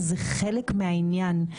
זה חלק מהעניין.